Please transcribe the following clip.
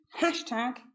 hashtag